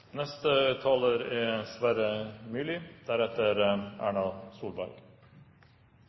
neste taler er